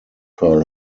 pearl